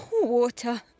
water